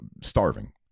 starving